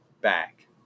back